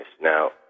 Now